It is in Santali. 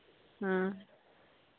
ᱦᱮᱸ